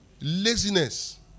Laziness